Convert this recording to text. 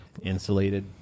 insulated